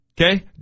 okay